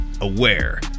aware